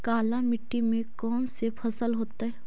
काला मिट्टी में कौन से फसल होतै?